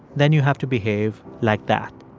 then you have to behave like that.